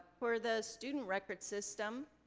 for the student record system,